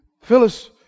Phyllis